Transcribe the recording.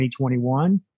2021